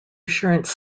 assurance